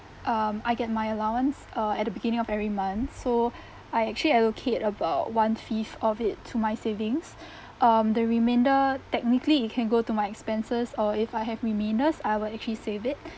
um I get my allowance uh at the beginning of every month so I actually allocate about one fifth of it to my savings um the remainder technically it can go to my expenses or if I have remainders I will actually save it